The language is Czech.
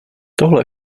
tohle